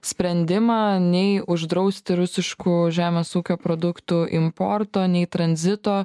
sprendimą nei uždrausti rusiškų žemės ūkio produktų importo nei tranzito